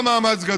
עד שלוש דקות.